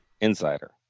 Insider